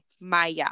Maya